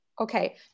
okay